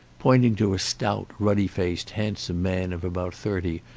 pointing to a stout, ruddy-faced, handsome man of about thirty,